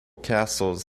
castles